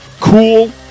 cool